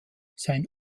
sein